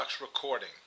recording